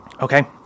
Okay